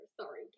Sorry